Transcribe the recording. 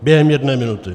Během jedné minuty!